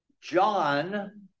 John